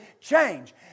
change